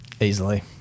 easily